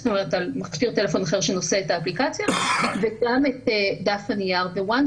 זאת אומרת על מכישר טלפון אחר שנושא את האפליקציה וגם את דף הנייר וברגע